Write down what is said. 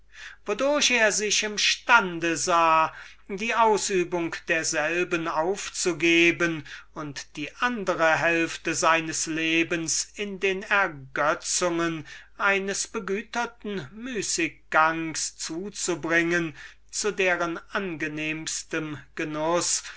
wodurch er sich im stande sah sich der ausübung derselben zu begeben und die andre hälfte seines lebens in den ergötzungen eines begüterten müßiggangs zu zubringen zu deren angenehmsten genuß